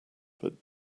but